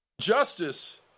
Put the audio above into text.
Justice